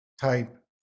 type